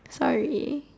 sorry